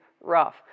rough